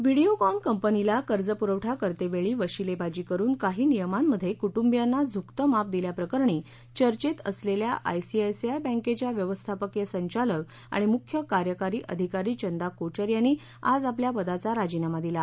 Videocon कंपनीला कर्ज पूरवठा करतेवेळी वशिलेबाजी करुन काही नियमांमध्ये कुट्रंबियांना झुकतं माप दिल्याप्रकरणी चर्चेत असलेल्या I C I C I बँकेच्या व्यवस्थापकीय संचालक आणि मुख्य कार्यकारी अधिकारी चंदा कोचर यांनी आज आपल्या पदाचा राजीनामा दिला